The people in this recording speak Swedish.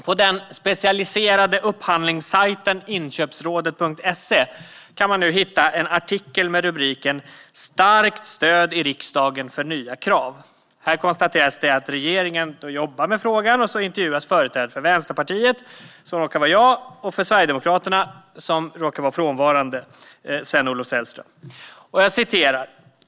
På den specialiserade upphandlingssajten Inkopsradet.se kan man hitta en artikel med rubriken "Starkt stöd i riksdagen för nya krav". Här konstateras det att regeringen jobbar med frågan. En företrädare för Vänsterpartiet - det råkar vara jag - och en företrädare för Sverigedemokraterna - Sven-Olof Sällström, som inte är här i dag - intervjuas. Där kan man läsa följande.